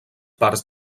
parts